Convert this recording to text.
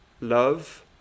love